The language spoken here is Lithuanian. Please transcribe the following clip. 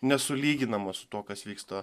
nesulyginama su tuo kas vyksta